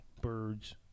birds